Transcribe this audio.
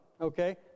okay